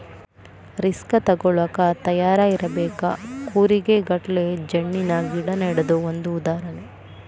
risk ತುಗೋಳಾಕ ತಯಾರ ಇರಬೇಕ, ಕೂರಿಗೆ ಗಟ್ಲೆ ಜಣ್ಣಿನ ಗಿಡಾ ನೆಡುದು ಒಂದ ಉದಾಹರಣೆ